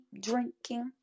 drinking